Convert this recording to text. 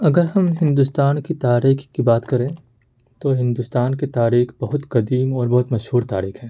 اگر ہم ہندوستان کی تاریخ کی بات کریں تو ہندوستان کی تاریخ بہت قدیم اور بہت مشہور تاریخ ہے